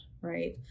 right